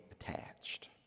attached